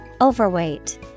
Overweight